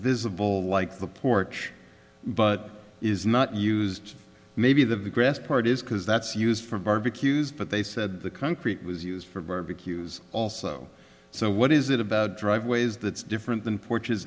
visible like the porch but is not used maybe the grass part is because that's used for barbecues but they said the concrete was used for barbecues also so what is it about driveways that's different than porches